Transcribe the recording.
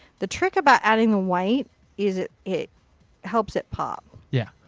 the trick about adding the white is it it helps it pop. yeah.